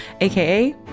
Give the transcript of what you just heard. aka